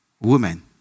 women